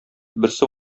берсе